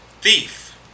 Thief